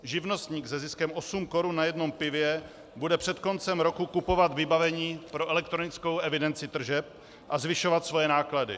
Živnostník se ziskem osm korun na jednom pivě bude před koncem roku kupovat vybavení pro elektronickou evidenci tržeb a zvyšovat svoje náklady.